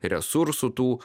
resursų tų